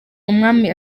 umwami